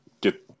Get